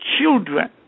children